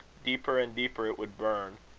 deeper and deeper it would burn,